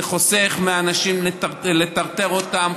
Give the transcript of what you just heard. זה חוסך בלטרטר אנשים,